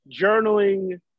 journaling